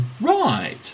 Right